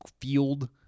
field